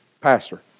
Pastor